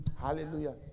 Hallelujah